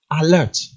alert